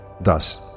Thus